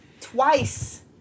twice